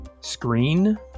Screen